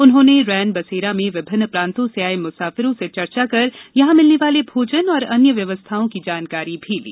उन्होंने रैन बसेरा में विभिन्न प्रांतों से आये मुसाफिरों से चर्चा कर यहाँ मिलने वाले भोजन एवं अन्य व्यवस्थाओं की जानकारी भी ली